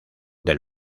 del